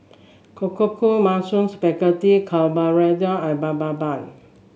Korokke Mushroom Spaghetti Carbonara and Bibimbap